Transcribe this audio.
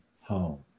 home